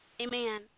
Amen